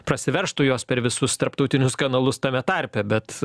prasiveržtų jos per visus tarptautinius kanalus tame tarpe bet